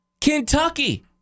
kentucky